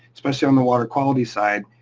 especially on the water quality side,